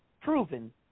proven